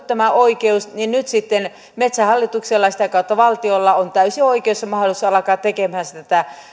tämä oikeus on paikallisilta poistunut metsähallituksella ja sitä kautta valtiolla on täysi oikeus ja mahdollisuus alkaa tekemään tätä